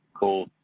Cool